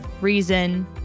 reason